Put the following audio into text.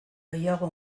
gehiago